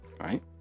right